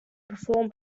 performed